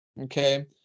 okay